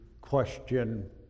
question